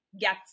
get